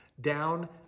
down